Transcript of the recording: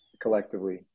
collectively